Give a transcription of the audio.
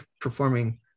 performing